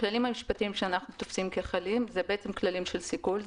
הכללים המשפטיים שאנחנו תופסים כחלים הם כללים של סיכול.